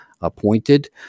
appointed